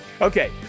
Okay